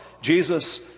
Jesus